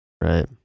Right